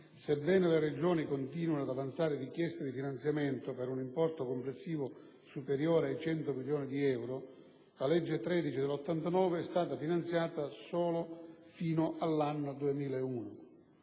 Sebbene le Regioni continuino ad avanzare richieste di finanziamento per un importo complessivo superiore ai 100 milioni di euro, la legge n. 13 del 1989 è stata finanziata solo fino all'anno 2001.